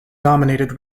dominated